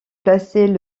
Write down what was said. placer